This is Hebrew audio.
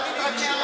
אל תתרגשי.